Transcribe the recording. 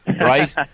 right